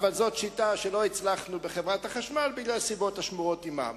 אבל זאת שיטה שלא הצלחנו לשנות בחברת החשמל מסיבות השמורות עמם.